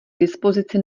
dispozici